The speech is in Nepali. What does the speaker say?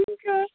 हुन्छ